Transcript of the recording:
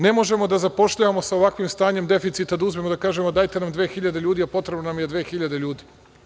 Ne možemo da zapošljavamo sa ovakvim stanjem deficita da uzmemo da kažemo – dajte nam 2000 ljudi, a potrebno nam je 2000 ljudi.